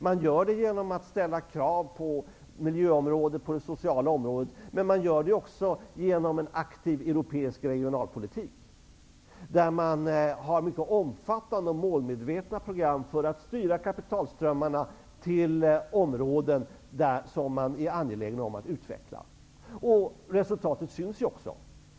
Man gör det genom att ställa krav på miljöområdet och på det sociala området, men man gör det också genom en aktiv europeisk regionalpolitik. I denna har man mycket omfattande och målmedvetna program för att styra kapitalströmmarna till områden som man är angelägen om att utveckla. Resultatet syns också.